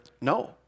No